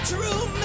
true